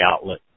Outlet